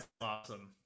awesome